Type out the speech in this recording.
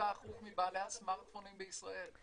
37% מבעלי הסמארטפונים בישראל.